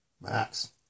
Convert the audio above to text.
Max